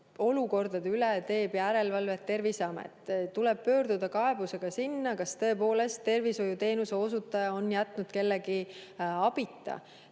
olukordade üle teeb järelevalvet Terviseamet. Tuleb pöörduda kaebusega sinna ja [teha kindlaks], kas tõepoolest tervishoiuteenuse osutaja on jätnud kellegi abita.